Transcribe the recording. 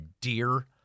dear